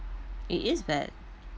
it is bad